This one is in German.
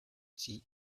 die